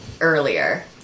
earlier